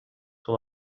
com